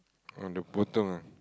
oh the Potong ah